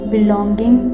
Belonging